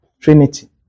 Trinity